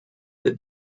that